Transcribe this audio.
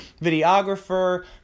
videographer